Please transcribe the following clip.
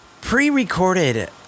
pre-recorded